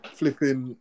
flipping